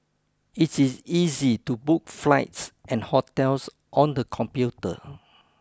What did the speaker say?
it is easy to book flights and hotels on the computer